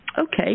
okay